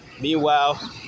meanwhile